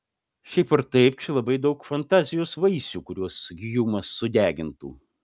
šiaip ar taip čia labai daug fantazijos vaisių kuriuos hjumas sudegintų